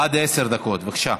עד עשר דקות, בבקשה.